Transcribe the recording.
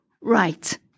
Right